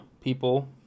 people